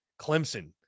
Clemson